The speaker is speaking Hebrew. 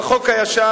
בחוק הישן,